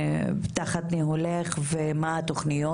תחת ניהולך ומה התוכניות.